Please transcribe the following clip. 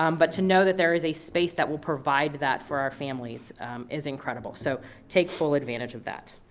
um but to know that there is a space that will provide that for our families is incredible. so take full advantage of that.